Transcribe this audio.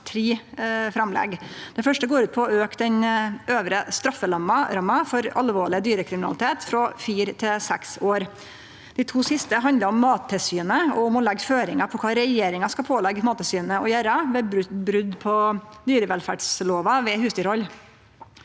Det første går ut på å auke den øvre strafferamma for alvorleg dyrekriminalitet frå fire til seks år. Dei to siste handlar om Mattilsynet og om å leggje føringar på kva regjeringa skal påleggje Mattilsynet å gjere ved brot på dyrevelferdslova ved husdyrhald.